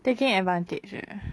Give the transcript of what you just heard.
taking advantage eh